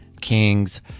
Kings